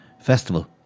Festival